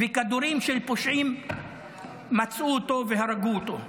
וכדורים של פושעים מצאו אותו והרגו אותו.